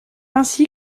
ainsi